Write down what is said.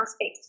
space